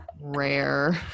rare